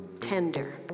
tender